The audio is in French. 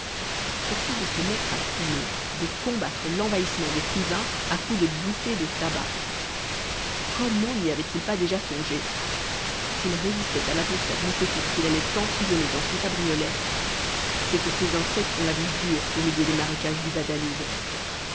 ce fut de se mettre à fumer de combattre l'envahissement des cousins à coups de bouffées de tabac comment n'y avait-il pas déjà songé s'ils résistaient à l'atmosphère nicotique qu'il allait emprisonner dans son cabriolet c'est que ces insectes ont la vie dure au milieu des marécages du bas